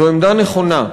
זו עמדה נכונה.